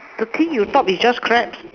the thing you talk is just crap